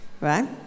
Right